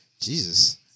Jesus